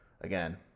again